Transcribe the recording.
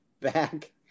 back